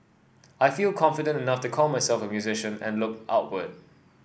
I feel confident enough to call myself a musician and look outward